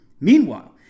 Meanwhile